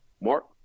Mark